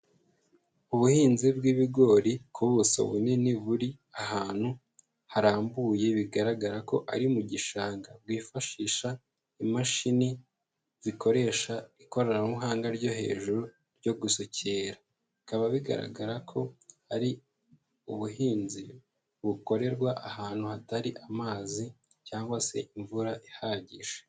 Ubuhinzi bw'ibigori ku buso bunini buri ahantu harambuye bigaragara ko ari mu gishanga bwifashisha imashini zikoresha ikoranabuhanga ryo hejuru ryo gusukera, bikaba bigaragara ko ari ubuhinzi bukorerwa ahantu hatari amazi cyangwa se imvura ihagije.